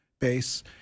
base